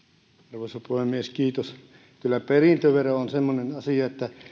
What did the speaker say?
arvoisa puhemies kyllä perintövero on semmoinen asia että